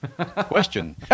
Question